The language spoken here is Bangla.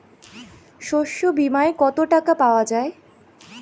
শস্য বিমায় কত টাকা পাওয়া যায়?